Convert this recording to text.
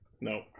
No